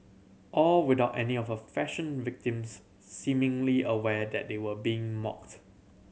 all without any of her fashion victims seemingly aware that they were being mocked